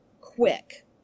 quick